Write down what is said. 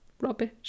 rubbish